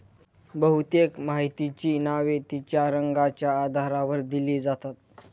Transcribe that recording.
बहुतेक मातीची नावे तिच्या रंगाच्या आधारावर दिली जातात